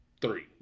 three